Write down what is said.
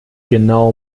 genau